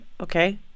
Okay